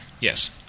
Yes